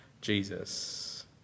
Jesus